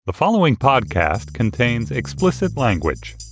the following podcast contains explicit language